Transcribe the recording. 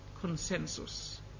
consensus